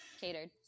Catered